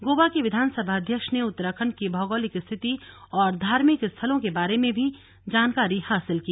गोवा के विधानसभा अध्यक्ष ने उत्तराखंड की भौगोलिक स्थिति और धार्मिक स्थलों के बारे में भी जानकारी हासिल की